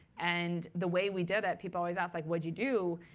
and the way we did it people always ask like, what'd you do?